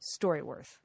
StoryWorth